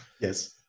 Yes